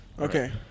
Okay